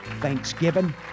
Thanksgiving